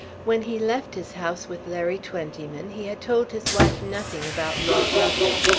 when he left his house with larry twentyman he had told his wife nothing about lord rufford.